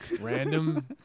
random